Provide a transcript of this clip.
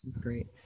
great